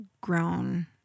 grown